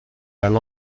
earl